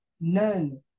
None